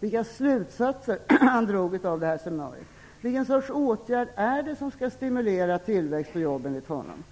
vilka slutsatser han drog av detta seminarium. Nu har han visserligen gått ut ur salen, men någon kan väl vidarebefordra frågan. Vilken sorts åtgärd är det som skall stimulera tillväxten och jobben enligt honom?